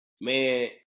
man